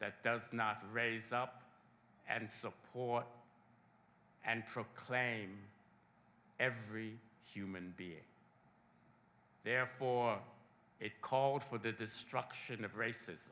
that does not raise up and support and proclaim every human being therefore it called for the destruction of rac